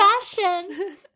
fashion